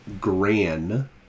grand